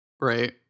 Right